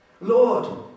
Lord